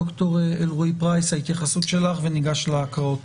ד"ר אלרעי פרייס, התייחסות שלך וניגש להקראות.